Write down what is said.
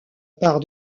part